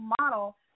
model